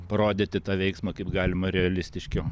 parodyti tą veiksmą kaip galima realistiškiau